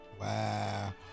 Wow